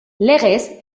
legez